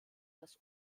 das